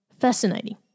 fascinating